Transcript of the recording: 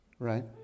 Right